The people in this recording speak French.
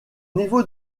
niveau